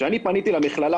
כשאני פניתי למכללה,